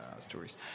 stories